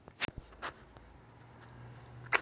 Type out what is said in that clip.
ಟಮಾಟೊದಾಗ ಕಾಯಿಕೊರಕ ಹುಳಕ್ಕ ಯಾವ ಎಣ್ಣಿ ಹೊಡಿಬೇಕ್ರೇ?